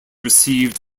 received